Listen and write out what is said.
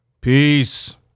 Peace